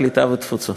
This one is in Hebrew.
הקליטה והתפוצות.